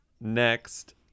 Next